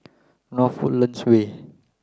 North Woodlands Way